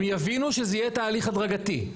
הם יבינו שזה יהיה תהליך הדרגתי.